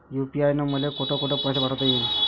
UPI न मले कोठ कोठ पैसे पाठवता येईन?